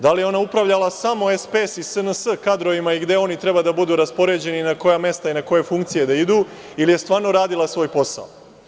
Da li je ona upravljala samo SPS i SNS kadrovima i gde oni treba da budu raspoređeni, na koja mesta i na koje funkcije da idu, ili je stvarno radila svoj posao?